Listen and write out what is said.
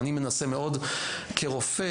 כרופא,